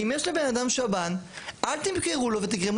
אם יש לבן אדם שב"ן אל תמכרו לו ותגרמו